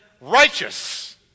righteous